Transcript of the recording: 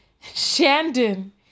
Shandon